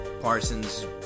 Parsons